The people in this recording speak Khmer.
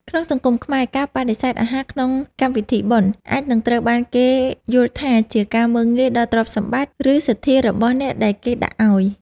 ក្នុងសង្គមខ្មែរការបដិសេធអាហារក្នុងកម្មវិធីបុណ្យ អាចនឹងត្រូវបានគេយល់ថាជាការមើលងាយដល់ទ្រព្យសម្បត្តិ ឬសទ្ធារបស់អ្នកដែលគេដាក់ឱ្យ។